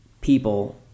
people